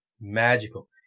Magical